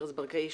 ארז ברקאי,